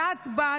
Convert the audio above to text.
ואת באת,